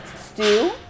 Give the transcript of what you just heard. stew